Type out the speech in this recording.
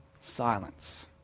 silence